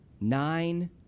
nine